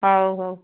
ହଉ ହଉ